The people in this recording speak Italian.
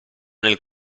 nel